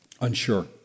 unsure